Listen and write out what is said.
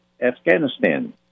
Afghanistan